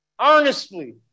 earnestly